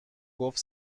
گفت